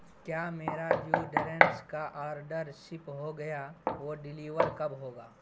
کیا میرا ڈیوڈرنٹس کا آرڈر شپ ہو گیا وہ ڈیلیور کب ہوگا